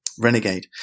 Renegade